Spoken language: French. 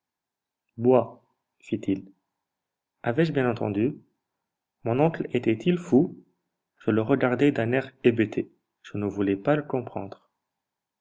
bois fit-il avais-je bien entendu mon oncle était-il fou je le regardais d'un air hébété je ne voulais pas le comprendre